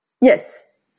Yes